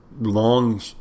long